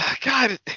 God